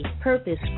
purpose